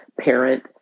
parent